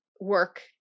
work